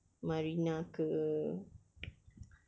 marina ke